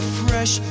fresh